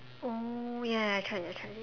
oh ya ya I tried it I tried it